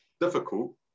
difficult